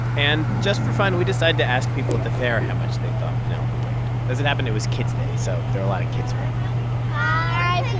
and just for fun, we decided to ask people at the fair how much they thought penelope weighed. as it happened, it was kids day, so there were a lot of kids around hi,